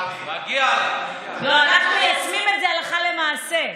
אנחנו מיישמים את זה הלכה למעשה.